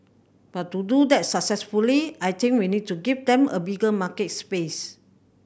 but to do that successfully I think we need to give them a bigger market space